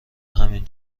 همین